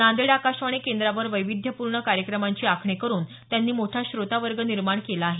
नांदेड आकाशवाणी केंद्रावर वैविध्यपूर्ण कार्यक्रमांची आखणी करून त्यांनी मोठा श्रोतावर्ग निर्माण केला आहे